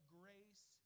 grace